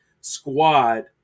squad